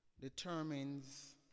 determines